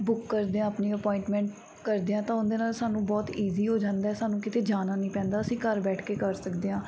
book ਕਰਦੇ ਹਾਂ ਆਪਣੀ ਅਪੋਇੰਟਮੈਂਟ ਕਰਦੇ ਹਾਂ ਤਾਂ ਉਹਦੇ ਨਾਲ ਸਾਨੂੰ ਬਹੁਤ ਈਜੀ ਹੋ ਜਾਂਦਾ ਸਾਨੂੰ ਕਿਤੇ ਜਾਣਾ ਨਹੀਂ ਪੈਂਦਾ ਅਸੀਂ ਘਰ ਬੈਠ ਕੇ ਕਰ ਸਕਦੇ ਹਾਂ